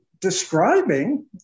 describing